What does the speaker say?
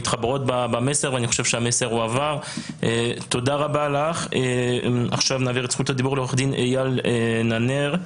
אני מעביר את זכות הדיבור לעורך דין אייל ננר,